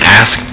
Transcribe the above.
ask